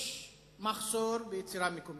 יש מחסור ביצירה מקומית,